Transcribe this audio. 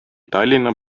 tallinna